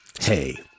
Hey